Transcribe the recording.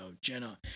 Jenna